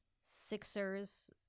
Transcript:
Sixers